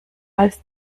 als